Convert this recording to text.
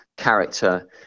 character